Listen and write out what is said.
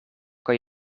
kan